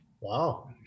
Wow